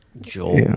Joel